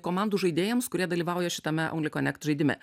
komandų žaidėjams kurie dalyvauja šitame only konekt žaidime